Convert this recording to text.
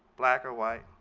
black or white,